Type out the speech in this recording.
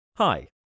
Hi